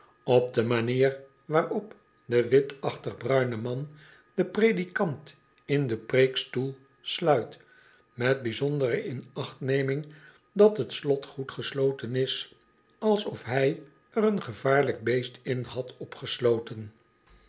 op de manier waarop de witachtig bruine man den predikant in den preekstoel sluit met bijzondere inachtneming dat t slot goed gesloten is alsof hij er een gevaarlijk beest in had opgesloten